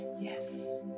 yes